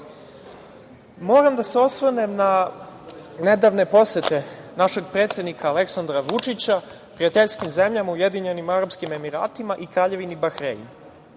da se osvrnem na nedavne posete našeg predsednika Aleksandra Vučića prijateljskim zemljama Ujedinjenim Arapskim Emiratima i Kraljevini Bahrein.